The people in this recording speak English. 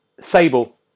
sable